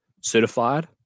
Certified